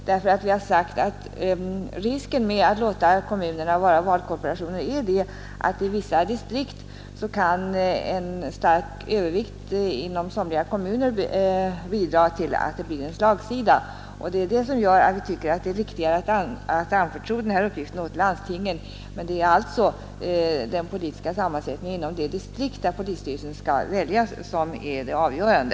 Vi har nämligen sagt att risken med att låta kommunerna vara valkorporationer ligger i att i vissa distrikt en stark övervikt inom somliga kommuner kan bidra till att det blir en politisk slagsida. Detta gör att vi tycker det är riktigare att anförtro denna uppgift åt landstinget, men det är alltså den politiska sammansättningen inom det distrikt där polisstyrelsen skall väljas som är avgörande.